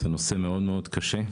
זה נושא מאוד מאוד קשה,